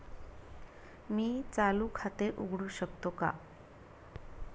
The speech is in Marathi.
मी चालू खाते उघडू शकतो का?